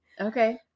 okay